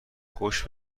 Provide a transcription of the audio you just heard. خوش